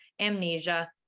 amnesia